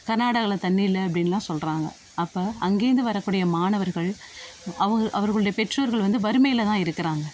கர்நாடகாவில் தண்ணி இல்லை அப்படின்லாம் சொல்கிறாங்க அப்போ அங்கிருந்து வரக்கூடிய மாணவர்கள் அவங்க அவர்களுடைய பெற்றோர்கள் வந்து வறுமையில்தான் இருக்கிறாங்க